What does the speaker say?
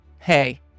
hey